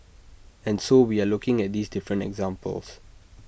and so we are looking at these different examples